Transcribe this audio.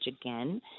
again